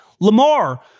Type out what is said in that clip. Lamar